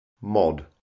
Mod